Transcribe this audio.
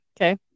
Okay